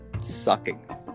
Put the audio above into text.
sucking